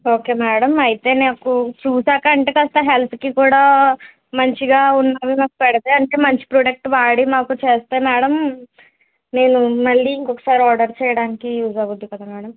okay madam అయితే నాకు చూసాక అంటే కాస్త హెల్త్కి కూడా మంచిగా ఉండే నాకు పెడితే అంటె మంచి ప్రాడక్ట్ వాడి మాకు చేస్తే మేడం నేను మళ్ళీ ఇంకొక సారి ఆర్డర్ చేయడానికి యూస్ అవుతుంది కదా మేడం